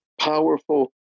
powerful